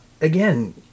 again